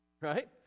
Right